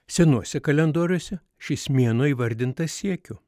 senuose kalendoriuose šis mėnuo įvardintas siekiu